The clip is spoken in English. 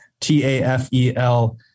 T-A-F-E-L